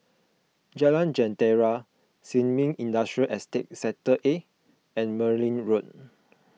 Jalan Jentera Sin Ming Industrial Estate Sector A and Merryn Road